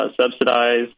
subsidized